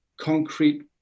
concrete